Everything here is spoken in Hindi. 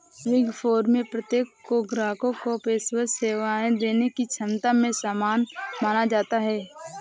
बिग फोर में प्रत्येक को ग्राहकों को पेशेवर सेवाएं देने की क्षमता में समान माना जाता है